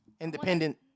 independent